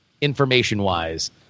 information-wise